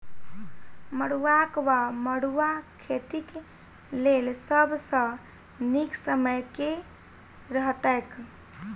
मरुआक वा मड़ुआ खेतीक लेल सब सऽ नीक समय केँ रहतैक?